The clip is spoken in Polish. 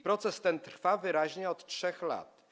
Proces ten trwa wyraźnie od 3 lat.